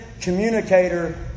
communicator